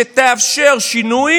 שתאפשר שינוי